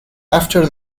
after